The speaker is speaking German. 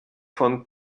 von